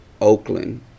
Oakland